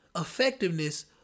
effectiveness